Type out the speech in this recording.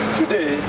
today